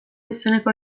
izeneko